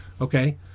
Okay